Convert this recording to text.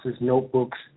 notebooks